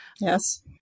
Yes